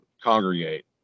congregate